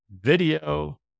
video